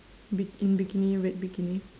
bik~ in bikini red bikini